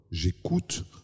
j'écoute